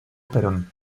perón